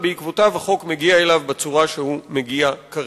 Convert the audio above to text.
ובעקבותיו החוק מגיע בצורה שהוא מגיע כרגע.